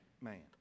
man